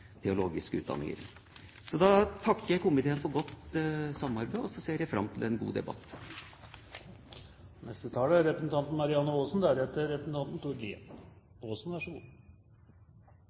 utdanninger. Da takker jeg komiteen for godt samarbeid, og så ser jeg fram til en god debatt. Denne debatten handler ikke om hvorvidt man er for eller imot mer kunnskap, og god